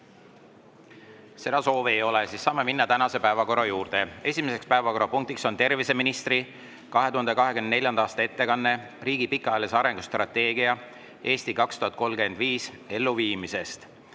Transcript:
Seda soovi ei ole, saame minna tänase päevakorra juurde. Esimene päevakorrapunkt on terviseministri 2024. aasta ettekanne riigi pikaajalise arengustrateegia "Eesti 2035" elluviimisest.